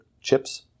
chips